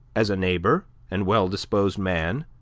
as a neighbor and well-disposed man,